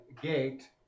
gate